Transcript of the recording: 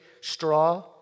straw